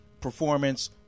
performance